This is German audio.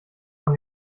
von